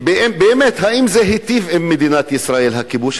האם זה היטיב עם מדינת ישראל, הכיבוש?